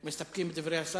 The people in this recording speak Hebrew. מסתפקים בדברי השר.